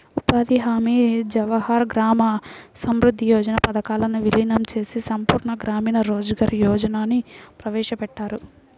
ఉపాధి హామీ, జవహర్ గ్రామ సమృద్ధి యోజన పథకాలను వీలీనం చేసి సంపూర్ణ గ్రామీణ రోజ్గార్ యోజనని ప్రవేశపెట్టారు